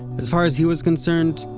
as far as he was concerned,